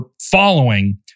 following